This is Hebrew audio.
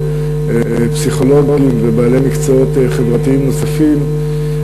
פסיכולוגים ובעלי מקצועות חברתיים נוספים,